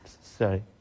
Sorry